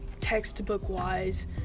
textbook-wise